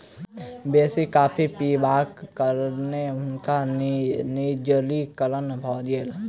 बेसी कॉफ़ी पिबाक कारणें हुनका निर्जलीकरण भ गेल